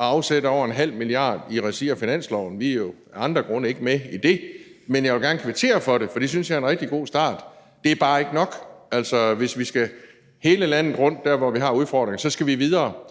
at afsætte over 0,5 mia. kr. i regi af finansloven. Vi er jo af andre grunde ikke med i det, men jeg vil gerne kvittere for det, for det synes jeg er en rigtig god start. Det er bare ikke nok. Altså, hvis vi skal hele landet rundt – der, hvor vi har udfordringerne – så skal vi videre,